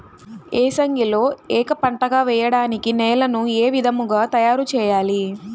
ఏసంగిలో ఏక పంటగ వెయడానికి నేలను ఏ విధముగా తయారుచేయాలి?